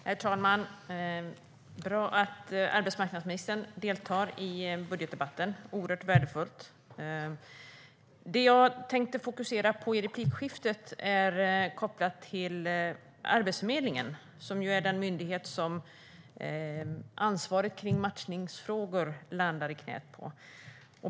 Herr talman! Det är oerhört värdefullt att arbetsmarknadsministern deltar i budgetdebatten. Det jag tänkte fokusera på i replikskiftet är kopplat till Arbetsförmedlingen, som är den myndighet i vars knä ansvaret för matchningsfrågor landar.